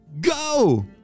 Go